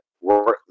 work